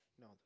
No